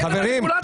איזה מניפולציות?